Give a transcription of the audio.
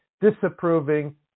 disapproving